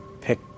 pick